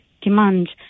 demand